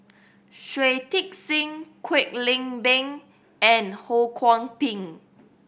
Shui Tit Sing Kwek Leng Beng and Ho Kwon Ping